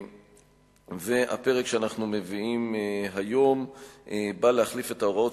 הפרק שאנחנו מביאים היום בא להחליף את ההוראות